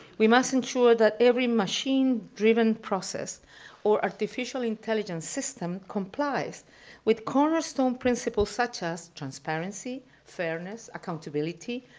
we must ensure that every machine-driven process or artificial intelligence system complies with cornerstone principals such as transparency, fairness, accountability,